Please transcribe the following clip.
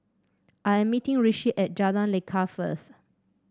I'm meeting Rishi at Jalan Lekar first